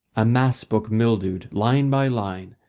a mass-book mildewed, line by line,